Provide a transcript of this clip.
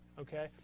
okay